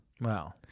Wow